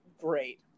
great